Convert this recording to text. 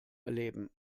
erleben